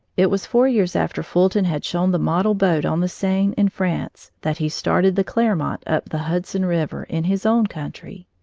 it was four years after fulton had shown the model boat on the seine, in france, that he started the clermont up the hudson river, in his own country.